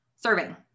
serving